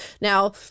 Now